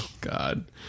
God